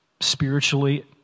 spiritually